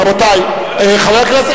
רבותי, חבר הכנסת,